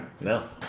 No